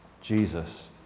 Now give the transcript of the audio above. Jesus